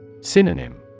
Synonym